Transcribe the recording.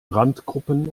randgruppen